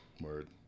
Word